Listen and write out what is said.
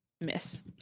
Miss